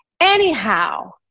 Anyhow